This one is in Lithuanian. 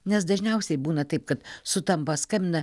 nes dažniausiai būna taip kad sutampa skambina